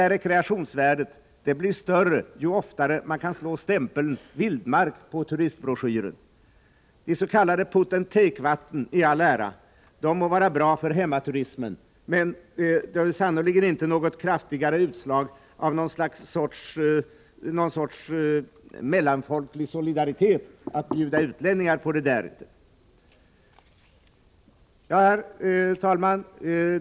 Rekreationsvärdet blir större ju oftare man kan slå stämpeln vildmark på turistbroschyren. De s.k. put-and-take-vattnen i all ära. De må vara bra för hemmaturismen, men inte är det något kraftigare utslag av någon sorts mellanfolklig solidaritet. Herr talman!